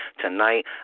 Tonight